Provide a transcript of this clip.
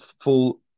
Full